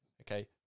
okay